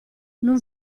non